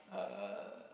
uh